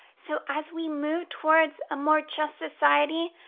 so, as we move towards a more just society,